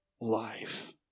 life